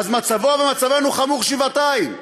אז מצבו ומצבנו חמור שבעתיים,